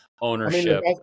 ownership